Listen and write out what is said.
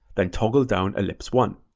then toggle down ellipse one.